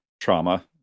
trauma